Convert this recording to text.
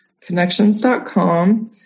Connections.com